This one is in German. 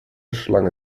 schlange